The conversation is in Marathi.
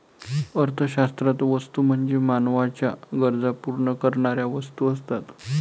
अर्थशास्त्रात वस्तू म्हणजे मानवाच्या गरजा पूर्ण करणाऱ्या वस्तू असतात